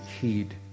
heed